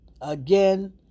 Again